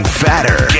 fatter